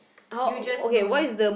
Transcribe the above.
you just know